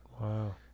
Wow